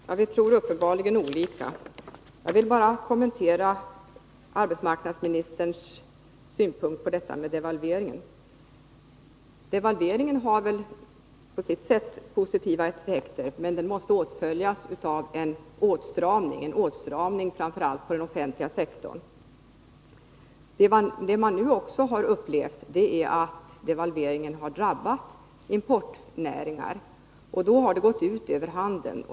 Herr talman! Vi tror uppenbarligen olika. Jag vill bara kommentera arbetsmarknadsministerns synpunkter på devalveringen. Devalveringen har väl på sitt sätt positiva effekter, men den måste åtföljas av en åtstramning, framför allt inom den offentliga sektorn. Det man nu har upplevt är att devalveringen har drabbat importnäringar, och det har framför allt gått ut över detaljhandeln.